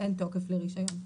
אין תוקף לרישיון.